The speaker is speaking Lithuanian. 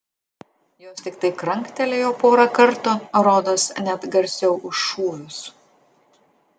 jos tiktai kranktelėjo porą kartų rodos net garsiau už šūvius